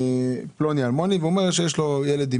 אליכם פלוני אלמוני ואומר שיש ילד עם